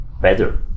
better